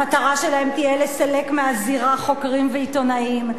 המטרה שלהם תהיה לסלק מהזירה חוקרים ועיתונאים.